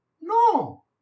No